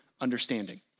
understanding